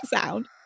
sound